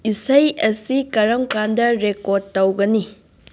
ꯏꯁꯩ ꯑꯁꯤ ꯀꯔꯝ ꯀꯥꯟꯗ ꯔꯦꯀꯣꯔꯠ ꯇꯧꯒꯅꯤ